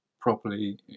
properly